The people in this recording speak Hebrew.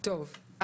הצעת המיזוג התקבלה.